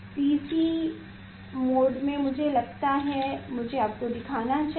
PC mode में मुझे लगता है मुझे आपको दिखाना चाहिए